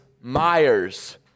Myers